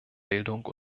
bildung